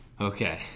Okay